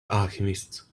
alchemists